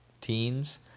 teens